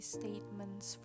statements